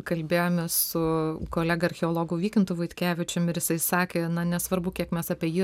kalbėjomės su kolega archeologu vykintu vaitkevičium ir jisai sakė na nesvarbu kiek mes apie jį